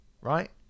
right